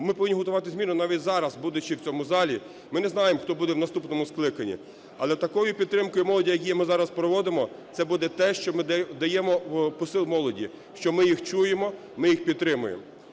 ми повинні готувати зміну навіть зараз, будучи в цьому залі, ми не знаємо, хто буде в наступному скликанні, але такою підтримкою молоді, яку ми зараз проводимо, це буде те, що ми даємо посил молоді, що ми їх чуємо, ми їх підтримуємо.